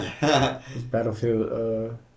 Battlefield